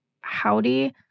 howdy